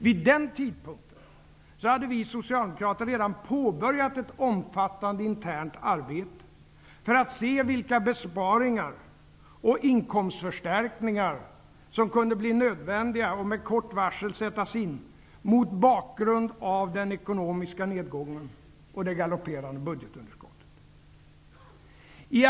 Vid den tidpunkten hade vi socialdemokrater redan påbörjat ett omfattande internt arbete, för att se vilka besparingar och inkomstförstärkningar som kunde bli nödvändiga och som med kort varsel kunde sättas in mot bakgrund av den ekonomiska nedgången och det galopperande budgetunderskottet.